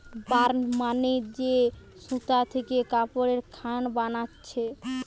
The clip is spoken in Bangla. বার্ন মানে যে সুতা থিকে কাপড়ের খান বানাচ্ছে